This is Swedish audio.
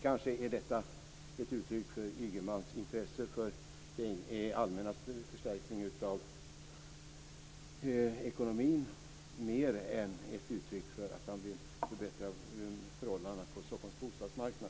Kanske är detta ett uttryck för Ygemans intresse för den allmänna förstärkningen av ekonomin mer än ett uttryck för att han vill förbättra förhållandena på Stockholms bostadsmarknad.